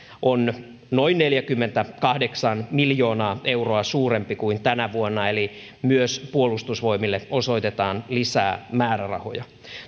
on noin neljäkymmentäkahdeksan miljoonaa euroa suurempi kuin tänä vuonna eli myös puolustusvoimille osoitetaan lisää määrärahoja